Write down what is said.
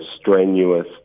strenuous